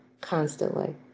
constantly